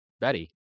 betty